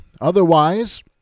Otherwise